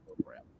program